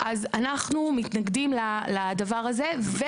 אז אנחנו מתנגדים לדבר הזה.